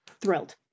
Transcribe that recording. thrilled